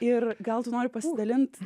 ir gal tu nori pasidalint